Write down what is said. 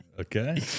Okay